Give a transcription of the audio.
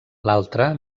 l’altra